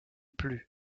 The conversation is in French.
plus